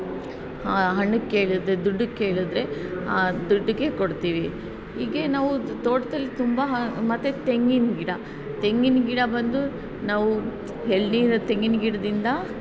ಹಣಕ್ಕೆ ಕೇಳಿದರೆ ದುಡ್ಡಿಗೆ ಕೇಳಿದರೆ ದುಡ್ಡಿಗೆ ಕೊಡ್ತೀವಿ ಹೀಗೆ ನಾವು ತೋಟದಲ್ಲಿ ತುಂಬ ಮತ್ತು ತೆಂಗಿನ ಗಿಡ ತೆಂಗಿನ ಗಿಡ ಬಂದು ನಾವು ಹೆಲ್ದಿಯಿರೋ ತೆಂಗಿನ ಗಿಡದಿಂದ